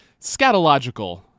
scatological